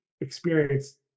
experience